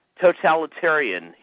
totalitarian